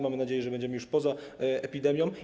Mamy nadzieję, że będziemy już poza epidemią.